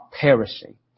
perishing